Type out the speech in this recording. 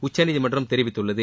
உச்சநீதிமன்றம் தெரிவித்துள்ளது